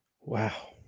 Wow